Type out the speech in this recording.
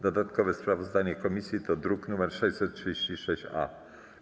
Dodatkowe sprawozdanie komisji to druk nr 636-A.